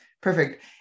Perfect